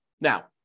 Now